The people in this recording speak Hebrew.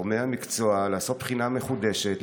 לגורמי המקצוע לעשות בחינה מחודשת,